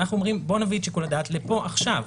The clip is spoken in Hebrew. אנחנו אומרים בוא נביא את שיקול הדעת לפה עכשיו,